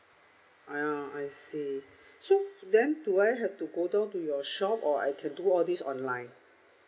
uh I see so then do I have to go down to your shop or I can do all these online